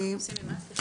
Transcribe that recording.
משמעתי.